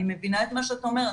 אני מבינה את מה שאתה אומר,